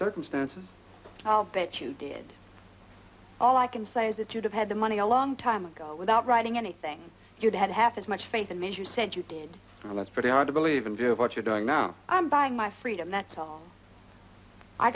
circumstances but you did all i can say is that you'd have had the money a long time ago without writing anything you'd had half as much faith in men who said you did and that's pretty hard to believe in view of what you're doing now i'm buying my freedom that's all i